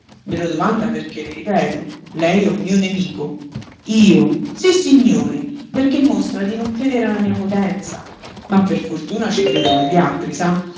me lo domanda perché le ripeto lei è un mio nemico io sissignore perché mostra di non credere alla mia potenza ma per fortuna ci credono gli altri sa